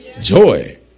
Joy